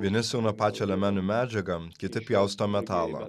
vieni siūna pačią liemenių medžiagą kiti pjausto metalą